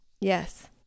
Yes